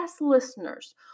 listeners